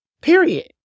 Period